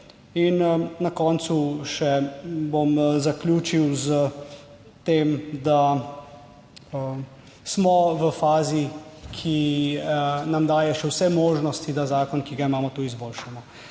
in na koncu bom zaključil s tem, da smo v fazi, ki nam daje še vse možnosti, da zakon, ki ga imamo tu, izboljšamo.